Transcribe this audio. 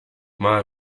mal